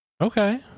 Okay